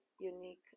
unique